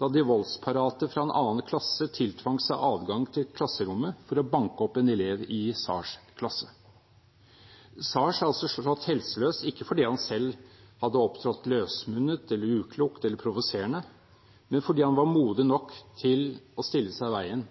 da de voldsparate fra en annen klasse tiltvang seg adgang til klasserommet for å banke opp en elev i Saers klasse. Saers er altså slått helseløs, ikke fordi han selv hadde opptrådt løsmunnet eller uklokt eller provoserende, men fordi han var modig nok til å stille seg i veien